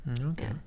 Okay